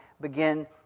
begin